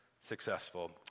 successful